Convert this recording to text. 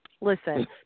Listen